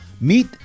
Meet